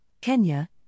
Kenya